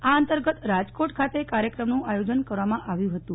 આ અંતર્ગત રાજકોટ ખાતે કાર્યક્રમનું આયોજન કરવામાં આવ્યું હતું